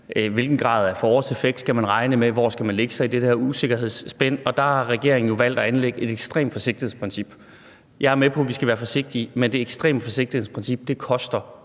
hvilken grad af forårseffekt man skal regne med, og hvor man skal lægge sig i det her usikkerhedsspænd, har regeringen jo valgt at anlægge et ekstremt forsigtighedsprincip. Jeg er med på, at vi skal være forsigtige, men det ekstreme forsigtighedsprincip koster